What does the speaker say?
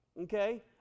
okay